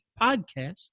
podcast